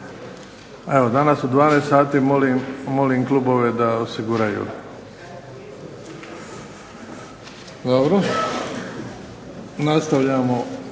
Evo danas u 12 sati molim klubove da osiguraju. Dobro. Nastavljamo